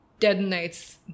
detonates